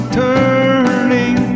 turning